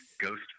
ghost